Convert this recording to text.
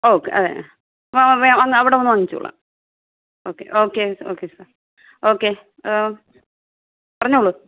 okay ആ ആ ആ അങ്ങ് അവിടെ വന്നു വാങ്ങിച്ചോളാം okay okay okay sir okay പറഞ്ഞോളു